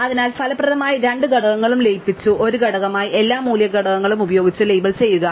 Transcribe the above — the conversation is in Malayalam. അതിനാൽ ഫലപ്രദമായി രണ്ട് ഘടകങ്ങളും ലയിപ്പിച്ചു ഒരു ഘടകമായി എല്ലാ മൂല്യ ഘടകങ്ങളും ഉപയോഗിച്ച് ലേബൽ ചെയ്യുക